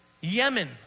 Yemen